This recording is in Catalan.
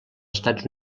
estats